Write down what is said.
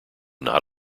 not